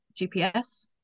GPS